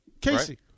Casey